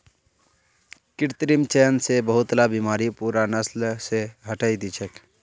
कृत्रिम चयन स बहुतला बीमारि पूरा नस्ल स हटई दी छेक